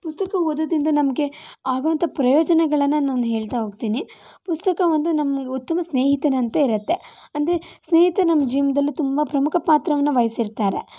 ಪುಸ್ತಕ ಓದೋದರಿಂದ ನಮಗೆ ಆಗುವಂಥ ಪ್ರಯೋಜನಗಳನ್ನು ನಾನು ಹೇಳ್ತಾ ಹೋಗ್ತೀನಿ ಪುಸ್ತಕ ಒಂದು ನಮ್ಮ ಉತ್ತಮ ಸ್ನೇಹಿತರಂತೆ ಇರುತ್ತೆ ಅಂದರೆ ಸ್ನೇಹಿತ ನಮ್ಮ ಜೀವನದಲ್ಲಿ ತುಂಬ ಪ್ರಮುಖ ಪಾತ್ರವನ್ನು ವಹಿಸಿರ್ತಾರೆ